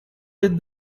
with